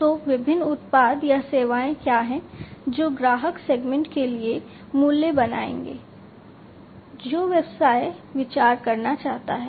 तो विभिन्न उत्पाद या सेवाएँ क्या हैं जो ग्राहक सेगमेंट के लिए मूल्य बनाएंगे जो व्यवसाय विचार करना चाहता है